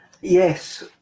Yes